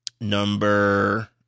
number